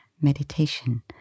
meditation